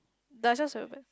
does just of it